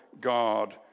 God